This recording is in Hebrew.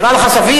נראה לך סביר?